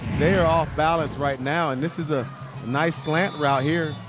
they are offbalance right now and this is a nice slant route here.